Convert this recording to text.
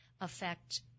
affect